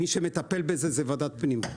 מי שמטפל בזה זאת ועדת פנים.